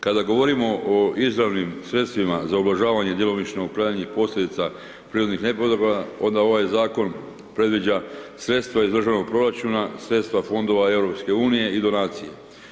Kada govorimo o izravnim sredstvima za ublažavanje i djelomično uklanjanje posljedica prirodnih nepogoda, onda ovaj Zakon predviđa sredstva iz državnog proračuna, sredstva Fondova EU i donacije.